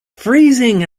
freezing